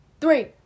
three